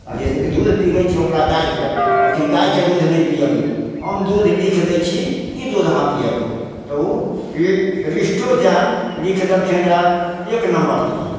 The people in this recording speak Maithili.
कहलिए कि जे दूध पिबै छै ओकरा गाइके कहलखिन गाइके दूध नहि पिआबिऔ हम दूध लिखि दै छी ई दूध अहाँ पिआबिऔ तऽ ओ रिस्ट्रोजेन लिखि देलखिन रऽ एक नम्मर दूध ओ